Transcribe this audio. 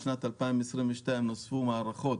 בשנת 2022 נוספו מערכות,